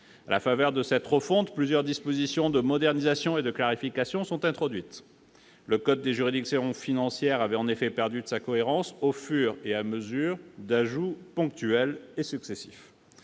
À la faveur de cette refonte, plusieurs dispositions de modernisation et de clarification sont introduites. Le code des juridictions financières avait en effet perdu de sa cohérence au fur et à mesure d'ajouts ponctuels et successifs.